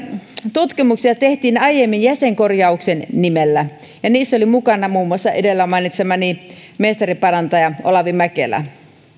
tutkimuksia tehtiin aiemmin jäsenkorjauksen nimellä ja niissä oli mukana muun muassa edellä mainitsemani mestariparantaja olavi mäkeä